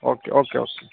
okay okay okay